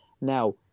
Now